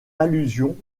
allusion